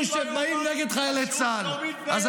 מנסור עבאס קרא לחיילי צה"ל רוצחים,